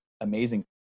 amazing